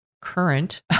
current